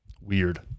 Weird